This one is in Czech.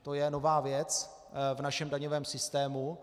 To je nová věc v našem daňovém systému.